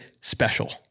special